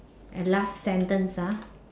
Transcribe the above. and last sentence ah